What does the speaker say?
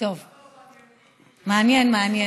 השר כהן, לא מעניין?